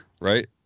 Right